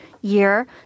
year